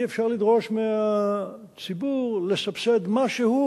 אי-אפשר לדרוש מהציבור לסבסד משהו